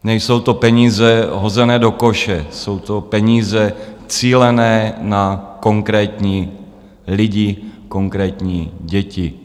Nejsou to peníze hozené do koše, jsou to peníze cílené na konkrétní lidi, konkrétní děti.